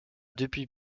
depuis